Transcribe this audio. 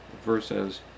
versus